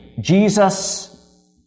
Jesus